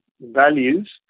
values